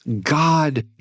God